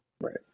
right